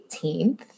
18th